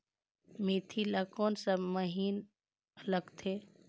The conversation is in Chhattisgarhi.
मेंथी ला कोन सा महीन लगथे?